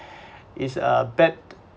is a bad